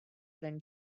than